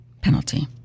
penalty